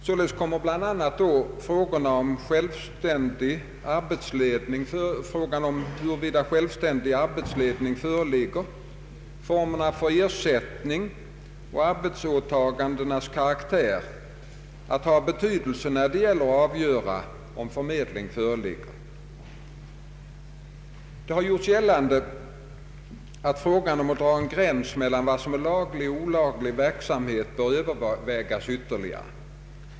Således kommer bl.a. frågan huruvida självständig arbetsledning föreligger, formerna för ersättning och arbetsåtagandenas karaktär att ha betydelse då det gäller att avgöra om förmedling föreligger. Det har gjorts gällande att frågan om att dra en gräns mellan vad som är laglig och olaglig verksamhet bör övervägas ytterligare.